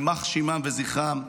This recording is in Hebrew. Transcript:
יימח שמם וזכרם,